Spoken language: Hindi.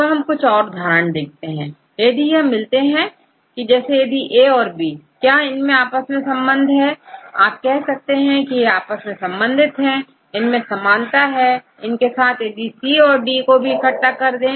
तो हम कुछ उदाहरण देखते हैं और यदि यह मिलते हैं जैसे यदिA और B क्या यह आपस के संबंध का उदाहरण है तो आप कह सकते हैं कि यह आपस में संबंधित हैं इनमें समानता है इनके साथ यदि आप C और D को भी इकट्ठा कर दें